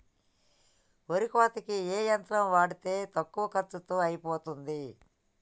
వరి కోతకి ఏ యంత్రం వాడితే తక్కువ ఖర్చులో అయిపోతుంది?